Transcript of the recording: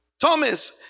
Thomas